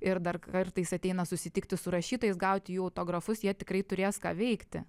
ir dar kartais ateina susitikti su rašytojais gauti jų autografus jie tikrai turės ką veikti